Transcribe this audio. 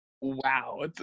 wow